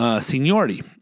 Seniority